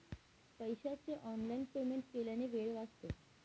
पैशाचे online payment केल्याने वेळ वाचतो